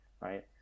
right